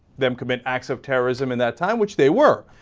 them commit acts of terrorism in that time which they work ah.